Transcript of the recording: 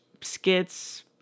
skits